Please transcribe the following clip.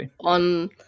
on